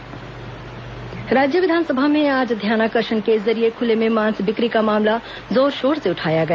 विधानसभा मांस बिक्री राज्य विधानसभा में आज ध्यानाकर्षण के जरिये खुले में मांस बिक्री का मामला जोरशोर से उठाया गया